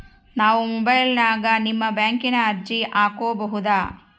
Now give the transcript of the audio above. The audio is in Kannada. ನಾವು ಮೊಬೈಲಿನ್ಯಾಗ ನಿಮ್ಮ ಬ್ಯಾಂಕಿನ ಅರ್ಜಿ ಹಾಕೊಬಹುದಾ?